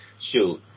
Shoot